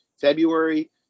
February